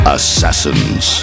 Assassins